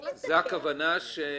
זה תמיד מסכל.